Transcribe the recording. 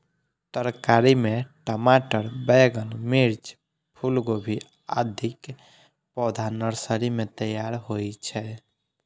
तरकारी मे टमाटर, बैंगन, मिर्च, फूलगोभी, आदिक पौधा नर्सरी मे तैयार होइ छै